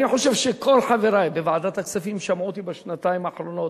אני חושב שכל חברי בוועדת הכספים שמעו אותי בשנתיים האחרונות.